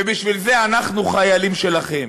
ובשביל זה אנחנו חיילים שלכם,